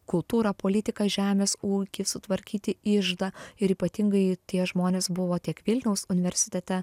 kultūrą politiką žemės ūkį sutvarkyti iždą ir ypatingai tie žmonės buvo tiek vilniaus universitete